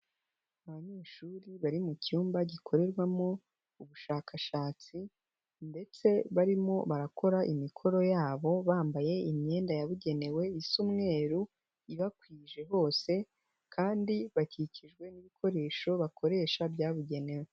Abanyeshuri bari mu cyumba gikorerwamo ubushakashatsi ndetse barimo barakora imikoro yabo, bambaye imyenda yabugenewe isa umweru, ibakwije hose kandi bakikijwe n'ibikoresho bakoresha byabugenewe.